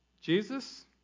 Jesus